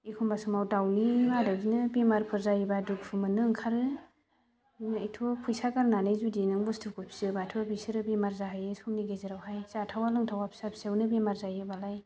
एखनबा समाव दाउनि आदारैनो बेमारफोर जायोबा दुखु मोननो ओंखारो एथ्थ' फैसा गारनानै जुदि नों बुस्तुखौ फिसियोबाथ' बिसोरो बेमार जाहैयो समनि गेजेरावहाय जाथावा लोंथावा फिसा फिसौनि बेमार जायोबालाय